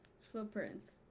footprints